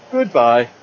Goodbye